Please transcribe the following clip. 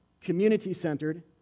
community-centered